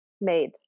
made